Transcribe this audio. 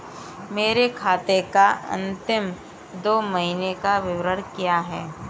मेरे खाते का अंतिम दो महीने का विवरण क्या है?